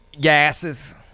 Gases